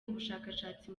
ubushakashatsi